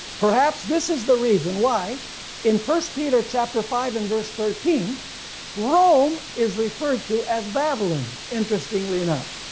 perhaps this is the reason why in first peter chapter five and verse thirteen rome is referred to as babylon, interestingly enough.